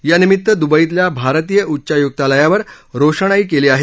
यानिमित्त दुबईतल्या भारतीय उच्चायुकालयावर रोषणाई केली आहे